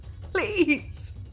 Please